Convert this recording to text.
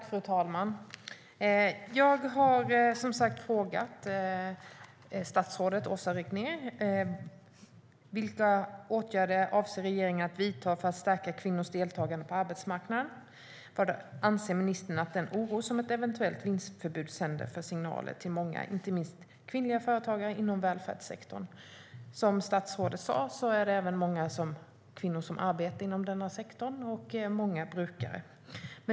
Fru talman! Jag har som sagt frågat statsrådet Åsa Regnér vilka åtgärder regeringen avser att vidta för att stärka kvinnors deltagande på arbetslösheten och vad ministern anser om den oro ett eventuellt vinstförbud skapar för många, inte minst för kvinnliga företagare inom välfärdssektorn. Som statsrådet sa är det även många kvinnor som arbetar inom denna sektor, och många brukare är kvinnor.